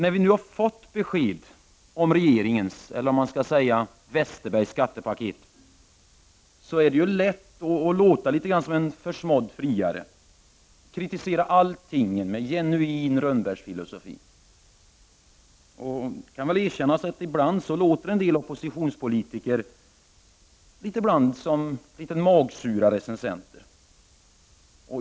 När vi nu har fått besked om regeringens, eller om man skall säga Westerbergs, skattepaket, är det lätt att låta litet som en försmådd friare och kritisera allting med genuin rönnbärsfilosofi. Det kan väl erkännas att en del oppositionspolitiker ibland låter som något magsura recensenter.